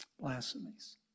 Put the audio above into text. blasphemies